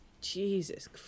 Jesus